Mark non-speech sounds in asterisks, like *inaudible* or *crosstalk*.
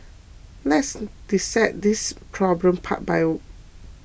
let's dissect this problem part by *unintelligible*